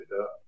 up